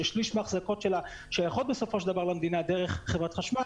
ששליש מהאחזקות שלה שייכות בסופו של דבר למדינה דרך חברת חשמל